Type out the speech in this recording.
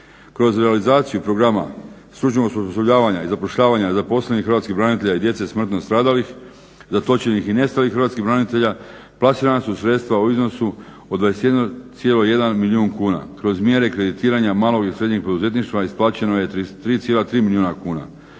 Kroz realizaciju programa stručnog osposobljavanja i zapošljavanja zaposlenih hrvatskih branitelja i djece smrtno stradalih, zatočenih i nestalih hrvatskih branitelja plasirana su sredstva u iznosu od 21,1 milijun kuna. Kroz mjere kreditiranja malog i srednjeg poduzetništva isplaćeno je 33,3 milijuna kuna.